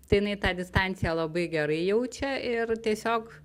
tai jinai tą distanciją labai gerai jaučia ir tiesiog